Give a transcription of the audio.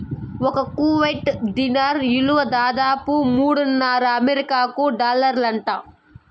ఒక్క Kuwait dinar ఇలువ దాదాపు మూడున్నర అమెరికన్ డాలర్లంట